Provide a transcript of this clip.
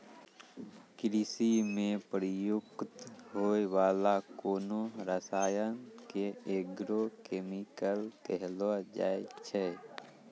कृषि म प्रयुक्त होय वाला कोनो रसायन क एग्रो केमिकल कहलो जाय छै